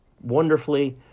wonderfully